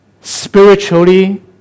spiritually